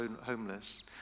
homeless